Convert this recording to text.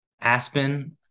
Aspen